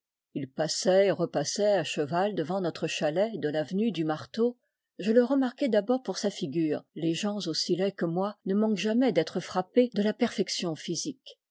il passait et repassait à cheval devant notre chalet de l'avenue du marteau je le remarquai d'abord pour sa figure les gens aussi laids que moi ne manquent jamais d'être frappés de la perfection physique